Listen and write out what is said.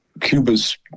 Cuba's